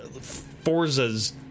Forza's